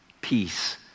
peace